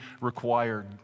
required